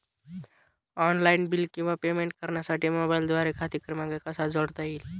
Online bill किंवा payment करण्यासाठी मोबाईलद्वारे खाते क्रमांक कसा जोडता येईल?